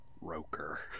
Roker